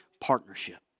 partnership